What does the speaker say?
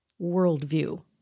worldview